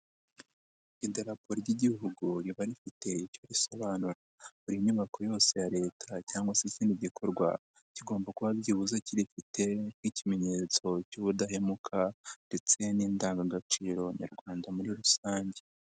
Idarapo ry'Igihugu riba rifite icyo risobanura, buri nyubako yose ya leta cyangwa se ikindi gikorwa, kigomba kuba byibuze kirifite nk'ikimenyetso cy'ubudahemuka ndetse n'indangagaciro nyarwanda muri rusange.